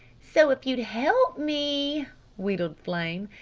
so if you'd help me wheedled flame,